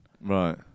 Right